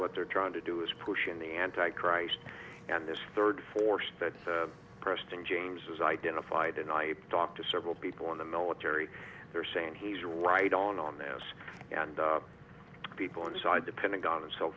what they're trying to do is pushing the anti christ and this third force that preston james has identified and i talked to several people in the military they're saying he's right on on this and people inside the pentagon and so